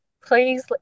please